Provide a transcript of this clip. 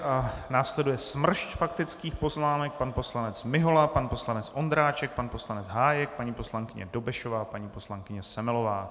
A následuje smršť faktických poznámek: pan poslanec Mihola, pan poslanec Ondráček, pan poslanec Hájek, paní poslankyně Dobešová, paní poslankyně Semelová.